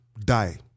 die